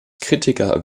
kritiker